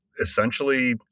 essentially